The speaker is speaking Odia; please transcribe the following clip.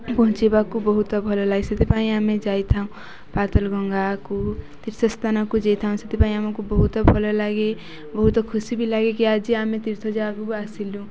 ପହଞ୍ଚେଇବାକୁ ବହୁତ ଭଲ ଲାଗେ ସେଥିପାଇଁ ଆମେ ଯାଇଥାଉ ପାାତଲ ଗଙ୍ଗାକୁ ତୀର୍ଥସ୍ଥାନକୁ ଯାଇଥାଉ ସେଥିପାଇଁ ଆମକୁ ବହୁତ ଭଲ ଲାଗେ ବହୁତ ଖୁସି ବି ଲାଗେ କି ଆଜି ଆମେ ତୀର୍ଥ ଯିବାକୁ ଆସିଲୁ